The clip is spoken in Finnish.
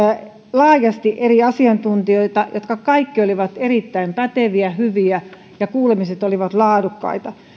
laajasti eri asiantuntijoita jotka kaikki olivat erittäin päteviä hyviä ja kuulemiset olivat laadukkaita